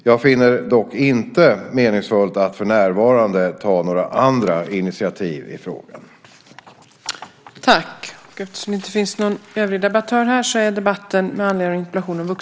Jag finner det dock inte meningsfullt att för närvarande ta några andra initiativ i frågan. Då Christer Winbäck, som framställt interpellationen, anmält att han var förhindrad att närvara vid sammanträdet förklarade tredje vice talmannen överläggningen avslutad.